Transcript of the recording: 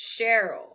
Cheryl